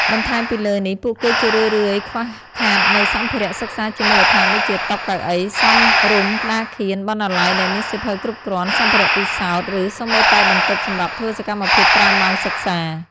បន្ថែមពីលើនេះ ពួកគេជារឿយៗខ្វះខាតនូវសម្ភារៈសិក្សាជាមូលដ្ឋានដូចជា តុ កៅអី សមរម្យ ក្តារខៀន បណ្ណាល័យដែលមានសៀវភៅគ្រប់គ្រាន់ សម្ភារៈពិសោធន៍ ឬសូម្បីតែបន្ទប់សម្រាប់ធ្វើសកម្មភាពក្រៅម៉ោងសិក្សា។